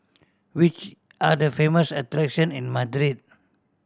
which are the famous attraction in Madrid